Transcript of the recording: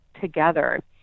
together